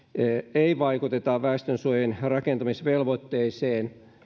ei vaikuteta väestönsuojien rakentamisvelvoitteeseen